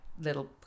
Little